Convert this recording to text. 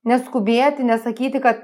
neskubėti nesakyti kad